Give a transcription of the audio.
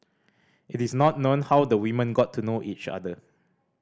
it is not known how the women got to know each other